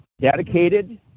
dedicated